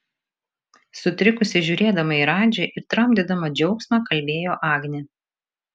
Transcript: sutrikusi žiūrėdama į radži ir tramdydama džiaugsmą kalbėjo agnė